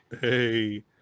hey